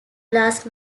last